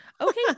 Okay